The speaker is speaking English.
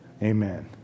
Amen